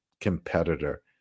competitor